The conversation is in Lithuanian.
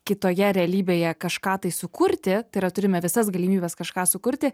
kitoje realybėje kažką tai sukurti tai yra turime visas galimybes kažką sukurti